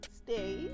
stay